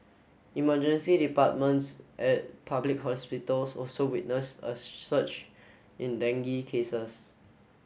emergency departments at public hospitals also witnessed a surge in dengue cases